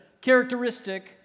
characteristic